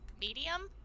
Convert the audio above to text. medium